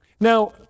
Now